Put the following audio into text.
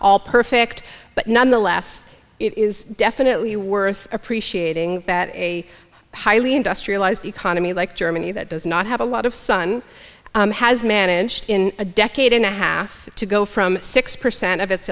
all perfect but nonetheless it is definitely worth appreciating that a highly industrialized economy like germany that does not have a lot of sun has managed in a decade and a half to go from six percent of its